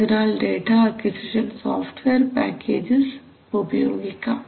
അതിനാൽ data acquisition software packages ഉപയോഗിക്കാം